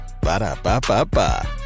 Ba-da-ba-ba-ba